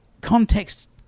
context